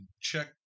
check